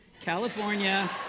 california